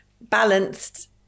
balanced